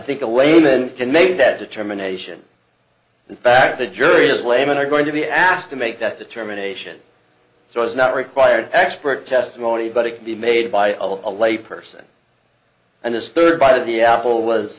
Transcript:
think a layman can make that determination in fact the jury is laymen are going to be asked to make that determination so as not required expert testimony but it can be made by a lay person and his third by the apple was